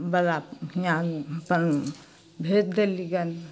वला हिआँ अपन भेज देलहुँ गन